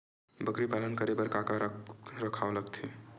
बकरी पालन करे बर काका रख रखाव लगथे?